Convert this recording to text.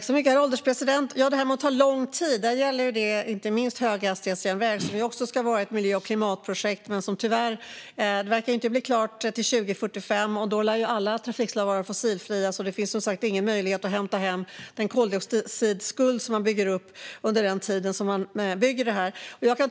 Herr ålderspresident! Det här med att ta lång tid gäller inte minst höghastighetsjärnvägen, som också ska vara ett miljö och klimatprojekt men som tyvärr inte verkar bli klar till 2045, och då lär alla trafikslag vara fossilfria. Det finns alltså ingen möjlighet att hämta hem den koldioxidskuld man bygger upp under den tid man bygger järnvägen.